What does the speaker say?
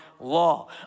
law